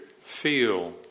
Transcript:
feel